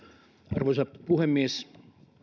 arvoisa puhemies